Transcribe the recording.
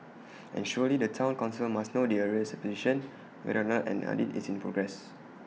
and surely the Town Council must know the arrears position whether or not an audit is in progress